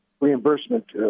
reimbursement